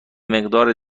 مقدار